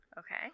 Okay